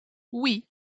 oui